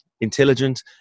intelligent